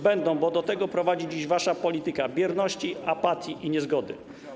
Będą, bo do tego prowadzi dziś wasza polityka bierności, apatii i niezgody.